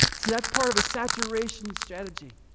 see that's part of a saturation strategy.